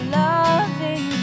loving